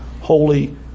holy